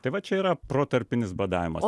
tai va čia yra protarpinis badavimas